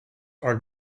are